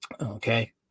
Okay